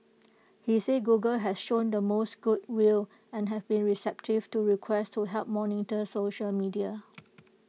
he said Google has shown the most good will and had been receptive to requests to help monitor social media